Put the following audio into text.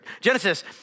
Genesis